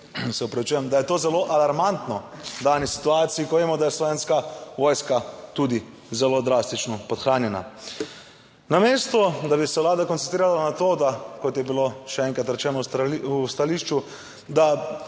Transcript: da je to zelo alarmantno v dani situaciji, ko vemo, da je Slovenska vojska tudi zelo drastično podhranjena. Namesto, da bi se Vlada koncentrirala na to, da kot je bilo še enkrat rečeno v stališču, da